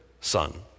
son